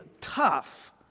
tough